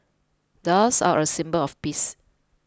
doves are a symbol of peace